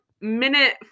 minute